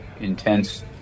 intense